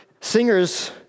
singers